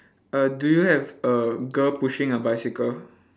uh do you have a girl pushing a bicycle